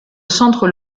centre